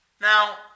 Now